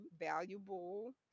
valuable